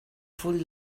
full